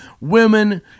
women